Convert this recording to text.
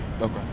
Okay